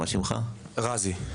אני גאזי,